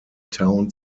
town